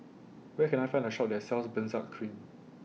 Where Can I Find A Shop that sells Benzac Cream